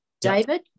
David